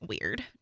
weird